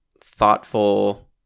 thoughtful